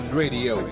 radio